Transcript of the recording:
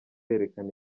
yerekana